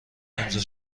امضا